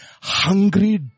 hungry